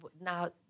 now